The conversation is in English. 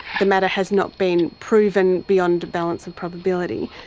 the matter has not been proven beyond balance of probability.